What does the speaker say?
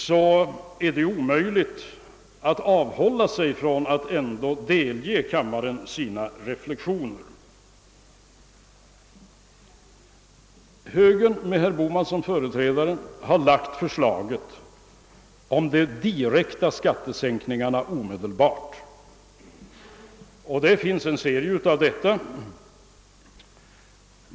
Det är omöjligt att avhålla sig ifrån att delge kammaren sina reflexioner med anledning därav. Högern har med herr Bohman som företrädare framlagt förslag om direkta skattesänkningar omedelbart. Det finns en serie sådana förslag.